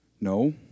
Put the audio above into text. No